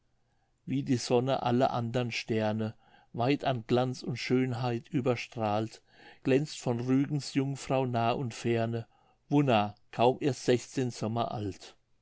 wie die sonne alle andern sterne weit an glanz und schönheit überstrahlt glänzt von rügens jungfrau'n nah und ferne wunna kaum erst sechszehn sommer alt